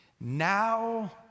Now